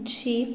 jeep